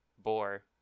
Boar